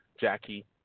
Jackie